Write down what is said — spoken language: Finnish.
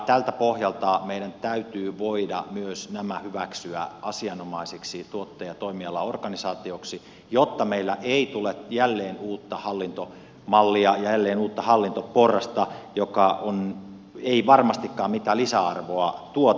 tältä pohjalta meidän täytyy voida myös nämä hyväksyä asianomaisiksi tuottajatoimialaorganisaatioiksi jotta meillä ei tule jälleen uutta hallintomallia ja jälleen uutta hallintoporrasta joka ei varmastikaan mitään lisäarvoa tuota